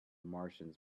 martians